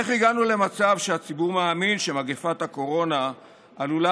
איך הגענו למצב שהציבור מאמין שמגפת הקורונה הייתה עלולה